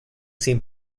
sin